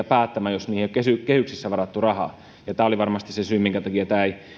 päättämään jos niihin ei ole kehyksissä varattu rahaa tämä oli varmasti se syy minkä takia ei